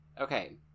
Okay